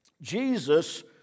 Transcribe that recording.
Jesus